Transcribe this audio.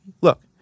look